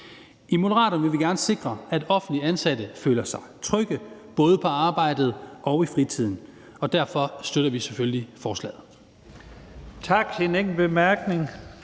I Moderaterne vil vi gerne sikre, at offentligt ansatte føler sig trygge, både på arbejde og i fritiden, og derfor støtter vi selvfølgelig forslaget. Kl. 16:02 Første